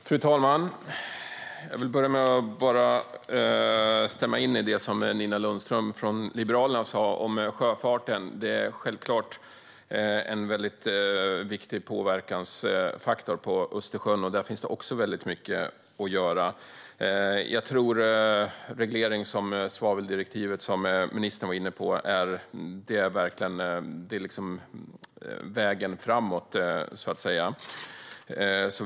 Fru talman! Jag vill börja med att instämma i det som Nina Lundström från Liberalerna sa om sjöfarten. Det är självklart en väldigt viktig påverkansfaktor i Östersjön. Där finns det också väldigt mycket att göra. Jag tror att regleringar som svaveldirektivet, som ministern var inne på, verkligen är vägen framåt.